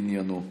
בעניינו.